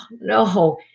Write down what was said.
no